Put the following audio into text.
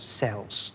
cells